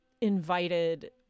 invited